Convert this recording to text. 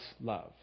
love